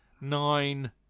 nine